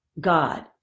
God